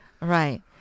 right